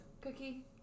Cookie